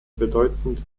bedeutende